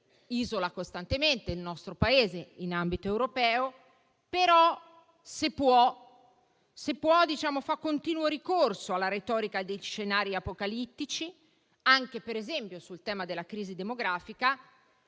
isola costantemente il nostro Paese in ambito europeo. Tuttavia, se può, fa continuo ricorso alla retorica degli scenari apocalittici, anche per esempio sul tema della crisi demografica,